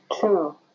two